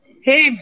Hey